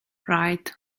right